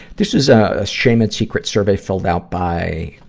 this is a shame and secret survey filled out by